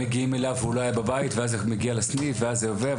מגיעים אליו והוא לא היה בבית ואז זה מגיע לסניף ואז זה עובר,